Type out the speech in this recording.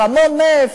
המון נפט,